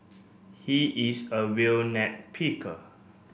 he is a real picker